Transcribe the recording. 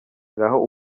ngaho